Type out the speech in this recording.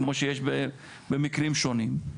כמו שיש במקרים שונים.